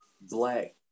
black